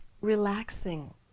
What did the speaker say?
relaxing